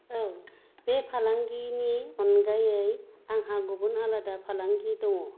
औ बे फालांगिनि अनगायै आंहा गुबुन आलादा फालांगि दङ